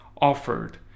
offered